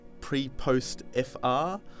PrePostFR